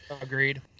Agreed